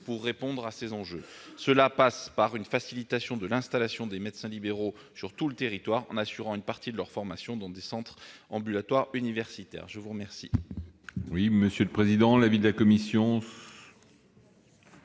pour répondre à ces enjeux ; cela passe par la facilitation de l'installation des médecins libéraux sur tout le territoire, en assurant une partie de leur formation dans des centres ambulatoires universitaires. Quel